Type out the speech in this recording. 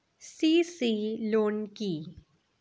CC loan কি?